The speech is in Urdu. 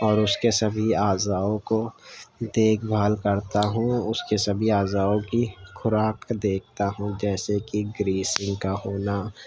اور اس کے سبھی اعضاء کو دیکھ بھال کرتا ہوں اس کے سبھی اعضاء کی خوراک دیکھتا ہوں جیسے کہ گریسنگ کا ہونا